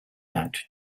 act